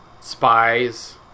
spies